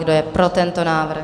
Kdo je pro tento návrh?